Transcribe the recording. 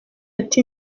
ati